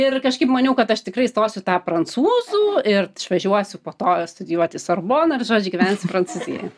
ir kažkaip maniau kad aš tikrai įstosiu į tą prancūzų ir išvažiuosiu po to studijuot į sorboną ir žodžiu gyvensiu prancūzijoj